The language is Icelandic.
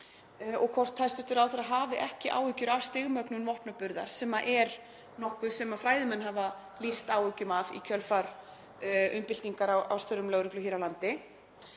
og hvort hæstv. ráðherra hafi ekki áhyggjur af stigmögnun vopnaburðar sem er nokkuð sem fræðimenn hafa lýst áhyggjum af í kjölfar umbyltingar á störfum lögreglu hér á landi.